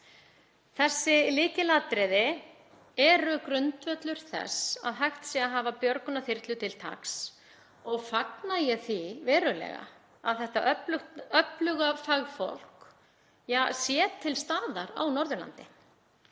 Þessi lykilatriði eru grundvöllur þess að hægt sé að hafa björgunarþyrlur til taks og fagna ég því verulega að þetta öfluga fagfólk sé til staðar á Norðurlandi.